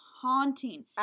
haunting